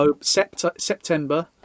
September